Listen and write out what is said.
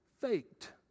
faked